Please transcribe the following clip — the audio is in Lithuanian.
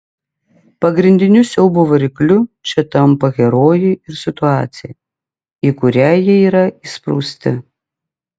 pagrindiniu siaubo varikliu čia tampa herojai ir situacija į kurią jie yra įsprausti